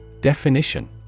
Definition